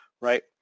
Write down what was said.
right